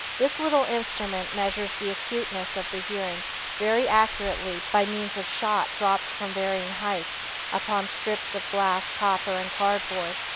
this little instrument measures the acuteness of the hearing very accurately by means of shot dropped from varying heights upon strips of glass, copper and cardboard.